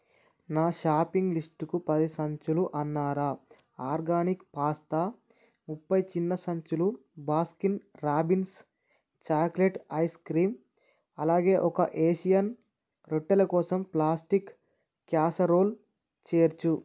నా షాపింగ్ లిస్టుకు పది సంచులు అన్నారా ఆర్గానిక్ పాస్తా ముప్పై చిన్న సంచులు బాస్కిన్ రాబిన్స్ చాక్లెట్ ఐస్క్రీం అలాగే ఒక ఏషియన్ రోట్టెలకోసం ప్లాస్టిక్ క్యాసరోల్ చేర్చు